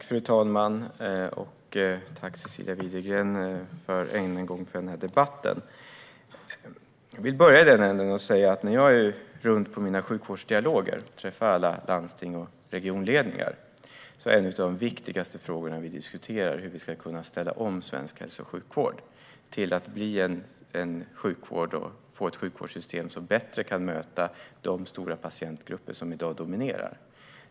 Fru talman! Tack än en gång, Cecilia Widegren, för den här debatten! Jag vill börja med att säga att när jag åker runt på mina sjukvårdsdialoger och träffar alla landstings och regionledningar är en av de viktigaste frågor vi diskuterar just hur vi ska kunna ställa om svensk hälso och sjukvård så att vi får ett sjukvårdssystem som bättre kan möta de stora patientgrupper som i dag dominerar.